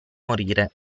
morire